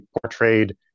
portrayed